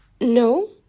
no